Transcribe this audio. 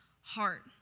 heart